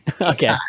Okay